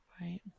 right